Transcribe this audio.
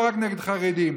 לא רק נגד חרדים,